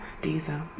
diesel